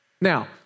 Now